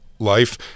life